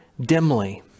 dimly